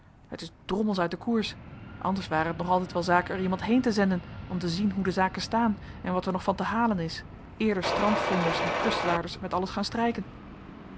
het is drommels uit den koers anders ware het nog altijd wel zaak er iemand heen te zenden om te zien hoe de zaken staan en wat er nog van te halen is eer de strandvonders en kustwaarders met alles gaan strijken